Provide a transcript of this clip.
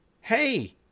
hey